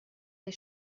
des